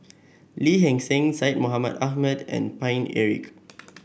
Lee Hee Seng Syed Mohamed Ahmed and Paine Eric